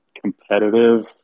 competitive